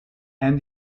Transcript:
and